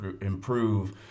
improve